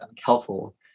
helpful